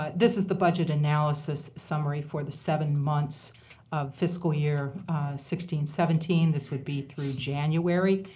ah this is the budget analysis summary for the seven months of fiscal year sixteen seventeen. this would be through january.